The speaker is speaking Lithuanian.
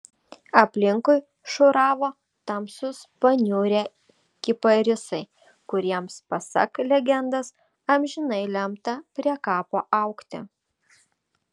aplinkui šiūravo tamsūs paniurę kiparisai kuriems pasak legendos amžinai lemta prie kapo augti